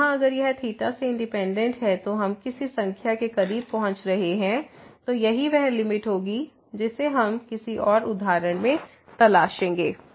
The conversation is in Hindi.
तो यहां अगर यह 𝚹 से इंडिपेंडेंट है तो हम किसी संख्या के करीब पहुंच रहे हैं तो यही वह लिमिट होगी जिसे हम किसी और उदाहरण में तलाशेंगे